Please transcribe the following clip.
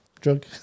drug